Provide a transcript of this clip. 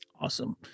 Awesome